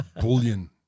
Bullion